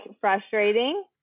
frustrating